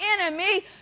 enemy